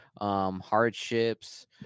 Hardships